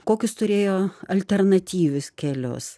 kokius turėjo alternatyvius kelius